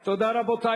תודה, רבותי.